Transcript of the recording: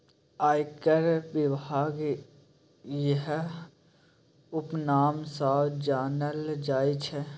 आयकर विभाग इएह उपनाम सँ जानल जाइत छै